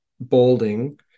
balding